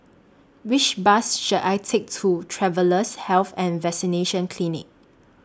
Which Bus should I Take to Travellers' Health and Vaccination Clinic